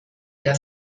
der